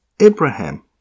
Abraham